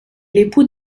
l’époux